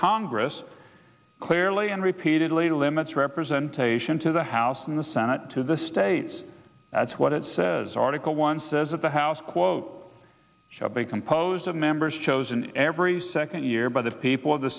congress clearly and repeatedly limits representation to the house and the senate to the states that's what it says article one says that the house quote big composed of members chosen every second year by the people